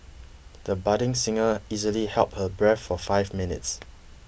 the budding singer easily held her breath for five minutes